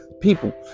people